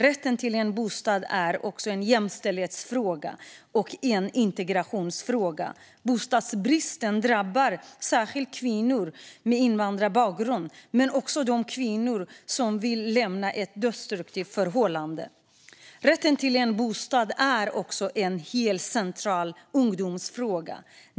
Rätten till en bostad är också en jämställdhetsfråga och en integrationsfråga. Bostadsbristen drabbar särskilt kvinnor med invandrarbakgrund men också de kvinnor som vill lämna ett destruktivt förhållande. Rätten till en bostad är också en helt central ungdomsfråga.